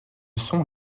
sont